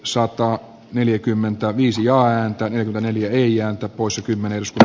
sokka neljäkymmentäviisi ääntä jonka neljältä vuosikymmeneltä